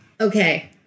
Okay